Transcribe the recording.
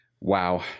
Wow